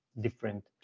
different